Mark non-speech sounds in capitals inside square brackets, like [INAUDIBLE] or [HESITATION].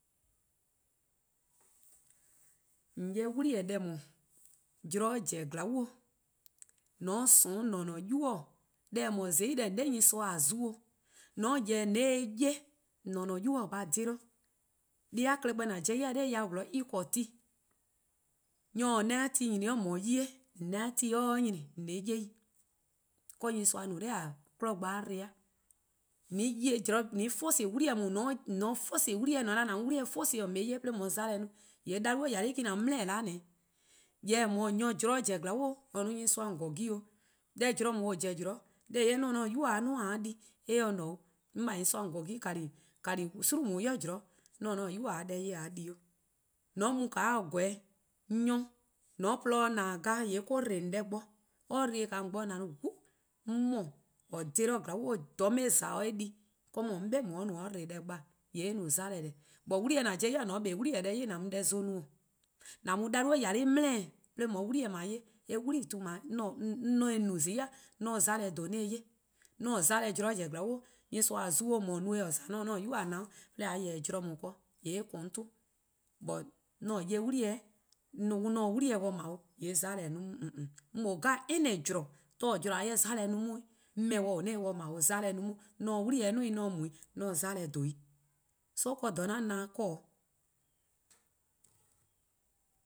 :On 'ye 'wli-eh :deh 'da, :mor zorn zorn bo, :mor :on :sorn :mor-: 'dekorn :an-a'a: 'nynuu:, deh :eh no-a :zai' deh, :on 'da nyorsoa :an zio. :an :hyeh se-eh 'ye, :mor-: 'dekorn: :an-a'a: 'nynuu: a :dhe-dih, deh-a klehkpeh :an pobo-a 'ya nor yao 'zorn :en :korn ti. Nyor :or :korn ne-a ti nyni 'o mor 'ye-eh, :mor :an ti se 'o nyni :on :se-eh 'ye 'i, :kaa nyorsoa no 'noror' :a 'kmo bo-a dbo-a. :an force 'wli-eh, :mor :on 'force 'wli-eh, :mor :on 'da :an mu 'wli-eh force :on 'ye-eh 'ye, 'de :on 'ye mona 'mona no :yee' nyomor :yale' 'o :an mu dele'-'. Jorwor: :mor nyor :mor zorn zen-a zorn bo :or no-a nyor :on :korn gen 'o, deh mor-: 'dekorn: 'an-a'a: 'nynuu: :a 'hye-a 'duo' :a 'ye-a di eh se :ne 'o, 'on :baa nyorsoa :on 'korn 'gen [HESITATION] kani: :gweh 'i :daa 'i zean' 'mor-: 'dekorn: 'an-a'a: 'nynuu: :a 'ye deh 'ye :a 'ye di 'o. :mor :an mu 'o pobo-' nyor :on se-a :porluh-dih :na-dih :glaa'e' :yee' :or-: 'dbo-eh :on bo. :an no 'o 'on :mor :or :dhe-a dih :glaa'on :dha :or 'ye :za :or 'ye-eh di 'mo 'o :on 'be no-a 'o or 'dbo deh bo :e? :yee' eh no 'mona: :deh. But 'wli-eh: :an pobo-a ya :mor :on 'kpa 'wli-eh deh 'i :an mu deh zon no. :a mu nyomor :yale' bo dele: 'de :on 'ye 'wli-eh :dao' :ye. Eh 'wlii :tu :dao' [HESITATION] 'on se-uh no 'on se 'mona dhen :zai' 'on se-eh 'ye. 'An 'mona, :mor zorn zen zorn bo, nyorsor :an zio' :mor no-eh :or :za mor-: 'dekorn: 'an-a'a: 'nynuu: a 'nyinor 'de :a :yeh-dih a zorn-we-eh :daa ken, :yee' eh :korn 'on 'ton. But 'an 'ye 'wli-eh [HESITATION] 'on se 'wli-eh 'ble 'o :yee' 'mona-a 'on 'o :onon:. Deh 'jeh zorn 'o zorn 'mona-a no 'on 'weh, 'on 'b;e 'o 'on se-eh 'ble 'o 'mona-a no 'on 'weh. 'On :se-' 'wli-eh 'duo: 'i 'on :se-' 'mona dhen 'da mu 'i. So 'do :dha 'an na-dih-a 'do :wor 'o. '